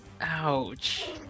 Ouch